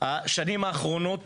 השנים האחרונות